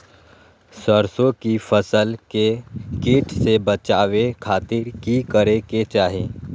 सरसों की फसल के कीट से बचावे खातिर की करे के चाही?